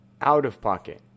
Out-of-pocket